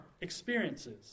experiences